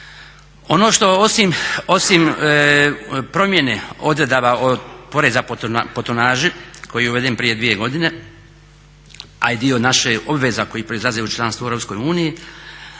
Ono što osim promjene odredaba poreza po tonaži koji je uveden prije dvije godine a i dio naših obveza koji proizlazi u članstvu u EU ovim